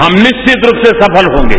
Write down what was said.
हम निश्चित रूप से सफल होंगे